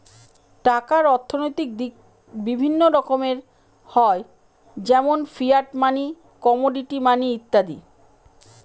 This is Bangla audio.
টাকার অর্থনৈতিক দিক বিভিন্ন রকমের হয় যেমন ফিয়াট মানি, কমোডিটি মানি ইত্যাদি